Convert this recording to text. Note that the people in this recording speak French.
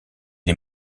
est